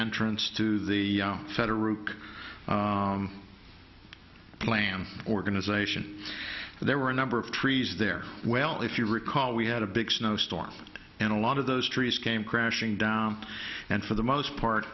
entrance to the federal route plan organization and there were a number of trees there well if you recall we had a big snowstorm and a lot of those trees came crashing down and for the most part